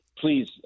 Please